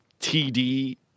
td